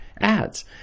ads